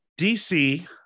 DC